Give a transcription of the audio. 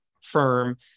firm